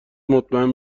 مطمئن